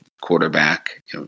quarterback